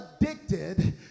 addicted